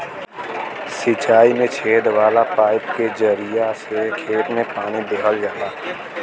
सिंचाई में छेद वाला पाईप के जरिया से खेत में पानी देहल जाला